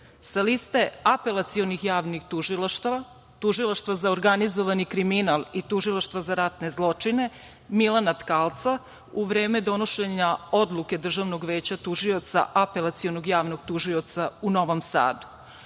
Sa liste apelacionih javnih tužilaštava, Tužilaštva za organizovani kriminal i Tužilaštva za ratne zločine Milana Tkalca, u vreme donošenja Odluke DVT apelacionog javnog tužioca u Novom Sadu. Iz